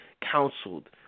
counseled